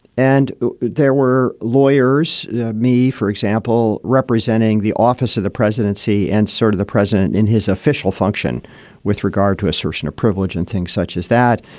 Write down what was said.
and there were lawyers me, for example, representing the office of the presidency and sort of the president in his official function with regard to assertion of privilege and things such as that.